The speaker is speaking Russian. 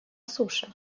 суше